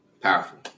powerful